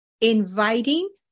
Inviting